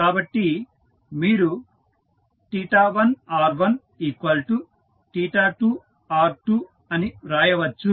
కాబట్టి మీరు 1r12r2 అని వ్రాయవచ్చు